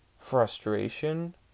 frustration